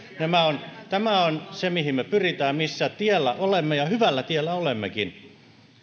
tämä on se mihin me pyrimme millä tiellä olemme ja hyvällä tiellä olemmekin